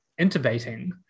intubating